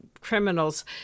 criminals